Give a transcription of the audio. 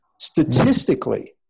Statistically